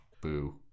Boo